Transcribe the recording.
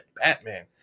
batman